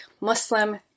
Muslim